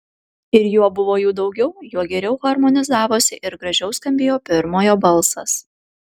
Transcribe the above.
ir juo buvo jų daugiau juo geriau harmonizavosi ir gražiau skambėjo pirmojo balsas